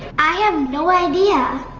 i have no idea.